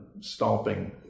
stomping